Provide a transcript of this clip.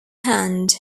hand